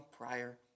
prior